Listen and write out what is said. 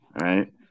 Right